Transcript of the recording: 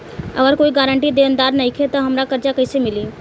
अगर कोई गारंटी देनदार नईखे त हमरा कर्जा कैसे मिली?